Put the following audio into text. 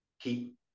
keep